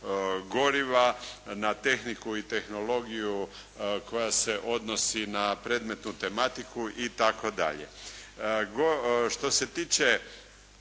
goriva, na tehniku i tehnologiju koja se odnosi na predmetnu tematiku itd.